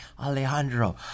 Alejandro